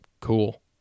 Cool